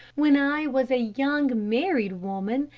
when i was a young married woman,